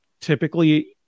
Typically